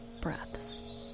breaths